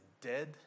dead